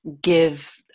give